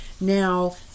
now